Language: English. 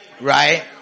Right